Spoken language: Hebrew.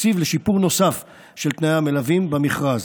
תקציב לשיפור נוסף של תנאי המלווים במכרז.